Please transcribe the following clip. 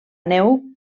neu